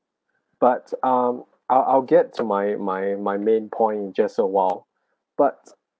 but um I'll I'll get to my my my main point just a while but